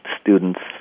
students